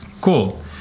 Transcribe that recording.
Cool